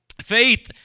Faith